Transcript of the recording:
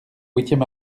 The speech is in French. huitième